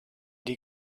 die